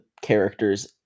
characters